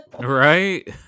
Right